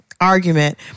argument